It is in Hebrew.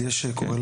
כי יש קורלציה.